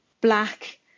black